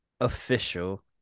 official